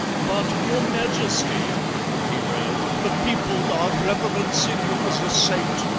but, your majesty he wailed, the people are reverencing you as a saint,